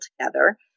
together